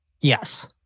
Yes